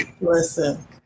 Listen